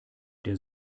der